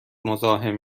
مزاحم